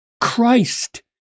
Christ